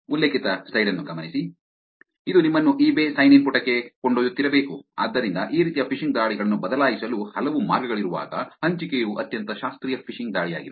ಇದು ನಿಮ್ಮನ್ನು eBay sign in ಪುಟಕ್ಕೆ ಕೊಂಡೊಯ್ಯುತ್ತಿರಬೇಕು ಆದ್ದರಿಂದ ಈ ರೀತಿಯ ಫಿಶಿಂಗ್ ದಾಳಿಗಳನ್ನು ಬದಲಾಯಿಸಲು ಹಲವು ಮಾರ್ಗಗಳಿರುವಾಗ ಹಂಚಿಕೆಯು ಅತ್ಯಂತ ಶಾಸ್ತ್ರೀಯ ಫಿಶಿಂಗ್ ದಾಳಿಯಾಗಿದೆ